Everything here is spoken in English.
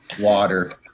water